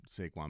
Saquon